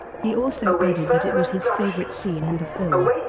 he also added that it was his favorite scene in the film.